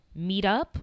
meetup